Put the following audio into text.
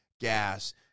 Gas